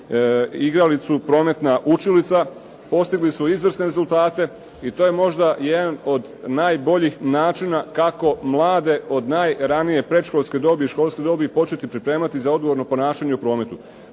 igralicu prometna učilica. Postigli su izvrsne rezultate i to je možda jedan od najboljih načina kako mlade od najranije predškolske dobi i školske dobi početi pripremati za odgovorno ponašanje u prometu.